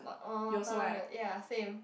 oh ya same